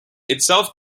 itself